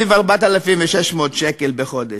סביב 4,600 שקלים בחודש.